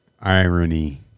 irony